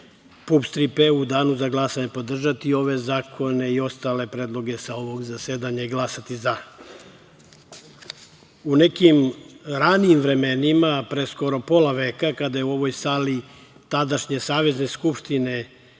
– „Tri P“ u danu za glasanje podržati ove zakone i ostale predloge sa ovog zasedanja i glasati za.U nekim ranijim vremenima, pre skoro pola veka, kada je u ovoj sali tadašnje Savezne skupštine